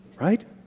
right